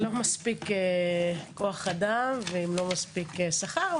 לצערי עם לא מספיק כוח אדם ועם לא מספיק שכר,